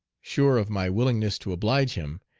sure of my willingness to oblige him,